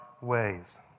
ways